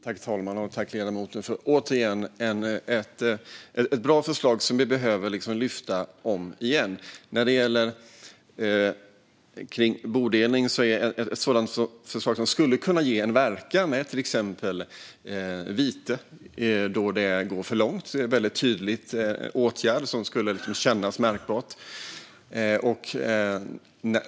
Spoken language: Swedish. Herr talman! Återigen tack, ledamoten, för ett bra förslag som vi behöver lyfta fram om igen! När det gäller bodelning är ett förslag på något som skulle kunna ge en verkan till exempel vite då det går för långt. Det är en väldigt tydlig åtgärd som skulle vara märkbar.